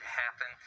happen